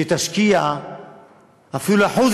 שתשקיע אפילו 1%